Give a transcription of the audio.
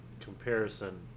comparison